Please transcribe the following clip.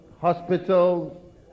hospitals